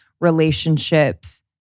relationships